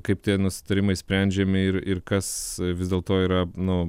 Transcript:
kaip tie nesutarimai sprendžiami ir ir kas vis dėlto yra nu